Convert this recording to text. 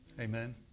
Amen